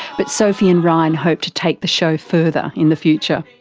but sophie and ryan hope to take the show further in the future.